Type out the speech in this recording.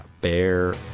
bear